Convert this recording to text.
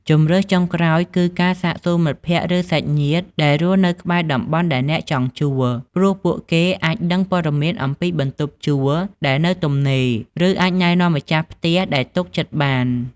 ជម្រើសចុងក្រោយ គឺការសាកសួរមិត្តភក្តិ ឬសាច់ញាតិដែលរស់នៅក្បែរតំបន់ដែលអ្នកចង់ជួល ព្រោះពួកគេអាចដឹងព័ត៌មានអំពីបន្ទប់ជួលដែលនៅទំនេរ ឬអាចណែនាំម្ចាស់ផ្ទះដែលទុកចិត្តបាន។